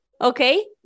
Okay